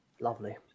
Lovely